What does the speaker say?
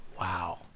Wow